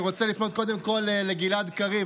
אני רוצה לפנות קודם כול לגלעד קריב,